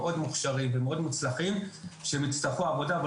מאוד מוכשרים ומוצלחים שיכולים לקבל עבודה אבל